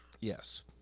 Yes